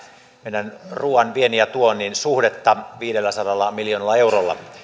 meidän ruoan viennin ja tuonnin suhdettamme viidelläsadalla miljoonalla eurolla me